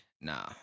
Nah